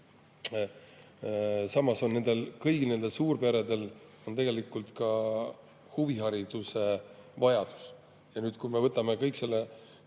Samas on nendel suurperedel tegelikult ka huvihariduse vajadus. Ja nüüd, kui me võtame selle